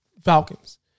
Falcons